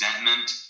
Resentment